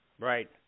Right